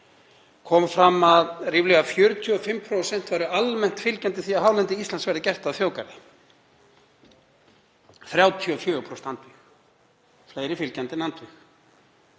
kom fram að ríflega 45% væru almennt fylgjandi því að hálendi Íslands yrði gert að þjóðgarði, 34% andvíg, fleiri fylgjandi en